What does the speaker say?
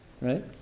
Right